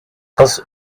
кыз